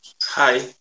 Hi